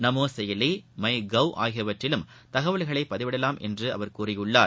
நமோ செயலி MyGov ஆகியவற்றிலும் தகவல்களை பதிவிடலாம் என்று அவர் கூறியுள்ளார்